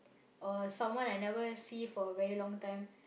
or someone I never see for a very long time